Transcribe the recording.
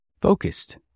focused